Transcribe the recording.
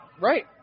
Right